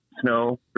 snow